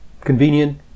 convenient